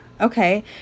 Okay